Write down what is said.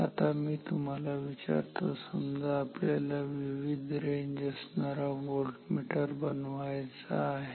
आता मी तुम्हाला विचारतो समजा आपल्याला विविध रेंज असणारा व्होल्टमीटर बनवायचा आहे